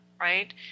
right